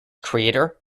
creator